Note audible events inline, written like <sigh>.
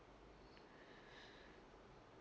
<breath>